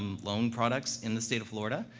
um loan products in the state of florida,